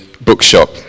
bookshop